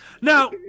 now